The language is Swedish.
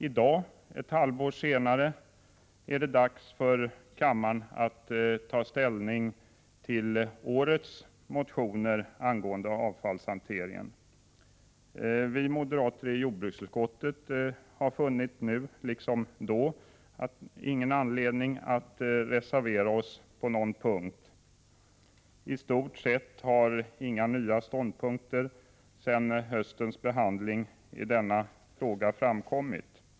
I dag, ett halvår senare, är det dags för kammaren att ta ställning till årets motioner angående avfallshantering. Vi moderater i jordbruksutskottet hade då ingen anledning att reservera oss på någon punkt, och det har vi inte nu heller. I stort sett har inga nya ståndpunkter framkommit sedan höstens behandling av denna fråga.